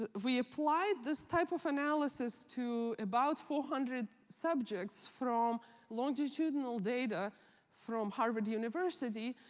ah we applied this type of analysis to about four hundred subjects from longitudinal data from harvard university.